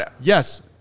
Yes